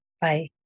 Bye